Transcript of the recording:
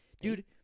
Dude